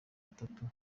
atatu